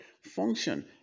function